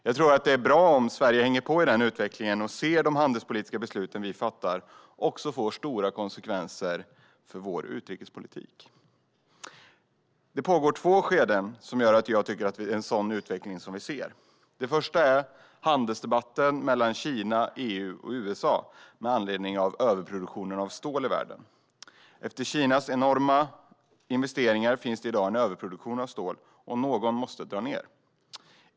Jag tror att det är bra om Sverige hänger på i den utvecklingen och ser att de handelspolitiska beslut vi fattar också får stora konsekvenser för vår utrikespolitik. Det pågår två skeenden som gör att jag tycker att det är en sådan utveckling vi ser. Det ena är handelsdebatten mellan Kina, EU och USA med anledning av överproduktionen av stål i världen. Efter Kinas enorma investeringar finns det i dag en överproduktion av stål, och någon måste dra ned.